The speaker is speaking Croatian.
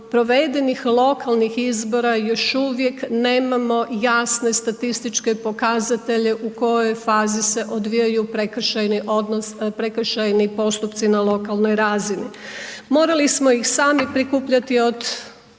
lokalnih izbora, još uvijek nemamo jasne statističke pokazatelje u kojoj fazi se odvijaju prekršajni postupci na lokalnoj razini. Morali smo ih sami prikupljati od